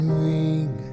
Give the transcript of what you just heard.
ring